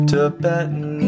Tibetan